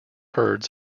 herds